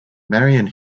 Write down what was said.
marian